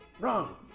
Wrong